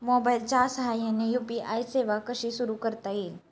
मोबाईलच्या साहाय्याने यू.पी.आय सेवा कशी सुरू करता येईल?